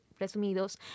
presumidos